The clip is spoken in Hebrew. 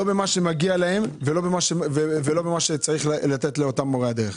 זה לא מה שמגיע להם ולא מה שצריך לתת למורי הדרך.